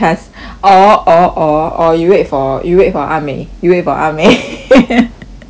or or or or you wait for you wait for ah mei you wait for ah mei